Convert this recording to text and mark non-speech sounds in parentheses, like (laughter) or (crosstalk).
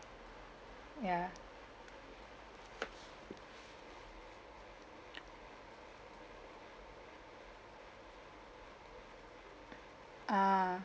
ya (noise) err